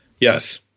Yes